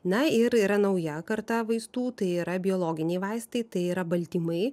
na ir yra nauja karta vaistų tai yra biologiniai vaistai tai yra baltymai